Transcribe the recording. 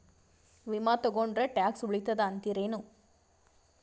ವಿಮಾ ತೊಗೊಂಡ್ರ ಟ್ಯಾಕ್ಸ ಉಳಿತದ ಅಂತಿರೇನು?